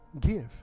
give